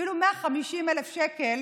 שאפילו 150,000 שקל